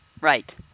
Right